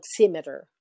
oximeter